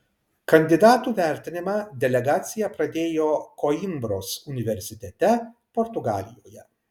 kandidatų vertinimą delegacija pradėjo koimbros universitete portugalijoje